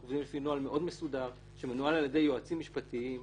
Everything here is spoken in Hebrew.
אנחנו עובדים לפי נוהל מאוד מסודר שמנוהל על-ידי יועצים משפטיים,